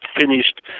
finished